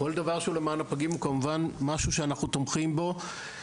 כל דבר שהוא למען הפגים הוא כמובן משהו שאנחנו תומכים בו,